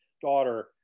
daughter